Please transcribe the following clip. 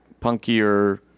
punkier